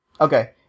Okay